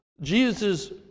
Jesus